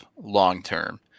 long-term